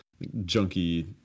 junky